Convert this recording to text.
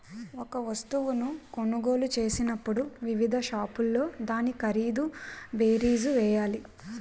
ఒక వస్తువును కొనుగోలు చేసినప్పుడు వివిధ షాపుల్లో దాని ఖరీదు బేరీజు వేయాలి